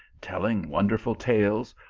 telling wonderful tales,